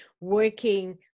working